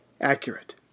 accurate